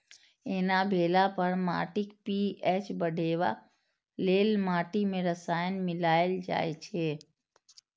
एना भेला पर माटिक पी.एच बढ़ेबा लेल माटि मे रसायन मिलाएल जाइ छै